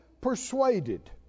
persuaded